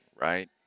right